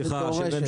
הכנסת דורשת.